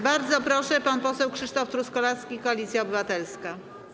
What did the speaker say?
Bardzo proszę, pan poseł Krzysztof Truskolaski, Koalicja Obywatelska.